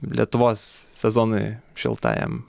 lietuvos sezonui šiltajam